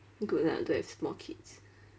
good lah don't have small kids